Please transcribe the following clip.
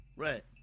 Right